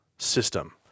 System